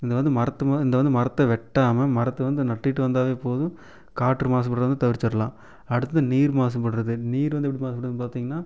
இதை வந்து மரத்து ம இதை வந்து மரத்தை வெட்டாமல் மரத்தை வந்து நட்டுகிட்டு வந்தாவே போதும் காற்று மாசுபடுறத வந்து தவிர்த்துரலாம் அடுத்தது நீர் மாசுபடுறது நீர் வந்து எப்படி மாசுபடுதுன்னு பார்த்தீங்கனா